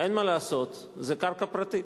אין מה לעשות, זה קרקע פרטית.